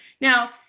Now